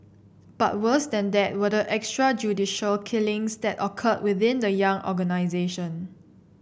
but worse than that were the extrajudicial killings that occurred within the young organisation